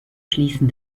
schließen